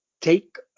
take